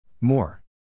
More